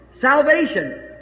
salvation